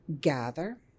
gather